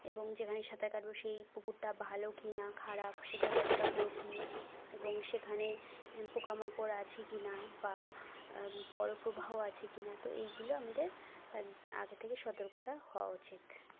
এবং যেখানে সাঁতার কাটবো সেই পুকুরটা ভালো কি না খারাপ সেটা কতোটা গভীর এবং সেখানে পোকা মাকড় আছে কিনা বা বড়ো প্রবাহ আছে কি না তো এইগুলো আমাদের আগে থেকে সতর্কতা হওয়া উচিত